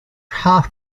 half